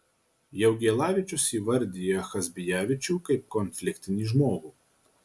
jaugielavičius įvardija chazbijavičių kaip konfliktinį žmogų